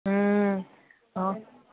ଉଁ ହ